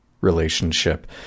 relationship